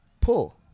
pull